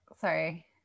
Sorry